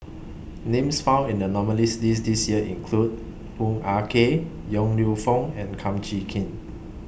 Names found in The nominees' list This Year include Hoo Ah Kay Yong Lew Foong and Kum Chee Kin